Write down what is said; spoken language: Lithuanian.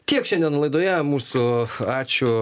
tiek šiandien laidoje mūsų ačiū